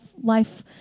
life